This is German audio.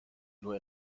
nur